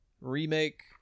remake